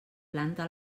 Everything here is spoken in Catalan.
planta